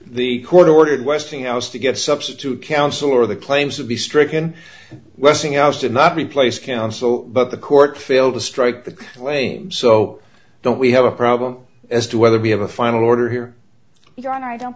the court ordered westinghouse to get substitute counsel or the claims to be stricken westinghouse did not replace council but the court failed to strike the claim so don't we have a problem as to whether we have a final order here